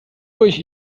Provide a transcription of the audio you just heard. durch